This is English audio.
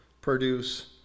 produce